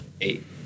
Eight